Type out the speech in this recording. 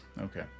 Okay